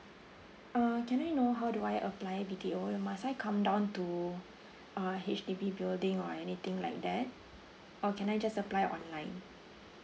uh can I know how do I apply B_T_O must I come down to uh H_D_B building or anything like that or can I just apply online